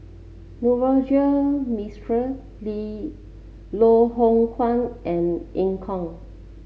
Navroji Mistri Lee Loh Hoong Kwan and Eu Kong